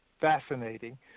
fascinating